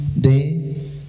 day